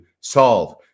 solve